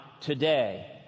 Today